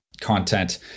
content